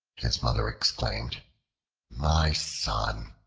his mother exclaimed my son,